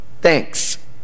Thanks